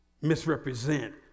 misrepresent